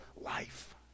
life